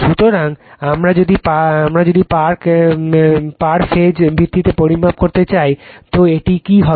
সুতরাং আমরা যদি পার্ক ফেজ ভিত্তিতে পরিমাপ করতে চাই তো কি করতে হবে